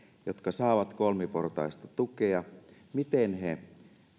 jotka saavat kolmiportaista tukea miten he